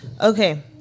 Okay